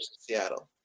Seattle